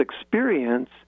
experience